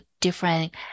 different